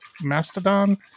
Mastodon